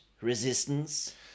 resistance